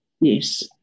Yes